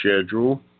schedule